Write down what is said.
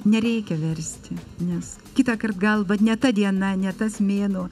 nereikia versti nes kitąkart gal va ne ta diena ne tas mėnuo